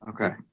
Okay